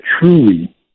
truly